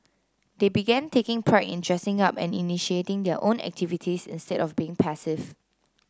they began taking pride in dressing up and initiating their own activities instead of being passive